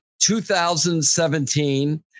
2017